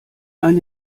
eine